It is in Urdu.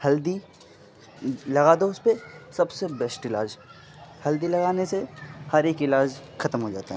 ہلدی لگا دو اس پہ سب سے بیسٹ علاج ہلدی لگانے سے ہر ایک علاج ختم ہو جاتا ہے